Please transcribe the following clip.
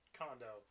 condo